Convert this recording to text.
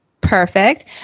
perfect